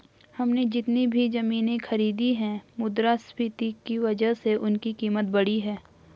हमने जितनी भी जमीनें खरीदी हैं मुद्रास्फीति की वजह से उनकी कीमत बढ़ी है